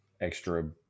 extra